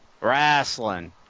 Wrestling